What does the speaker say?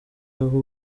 aho